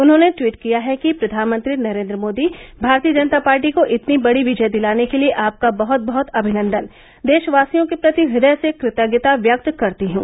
उन्होंने ट्वीट किया है कि प्रधानमंत्री नरेंद्र मोदीभारतीय जनता पार्टी को इतनी बड़ी विजय दिलाने के लिए आपका बहुत बहुत अभिनन्दन देशवासियों के प्रति हृदय से क्रतज्ञता व्यक्त करती हूं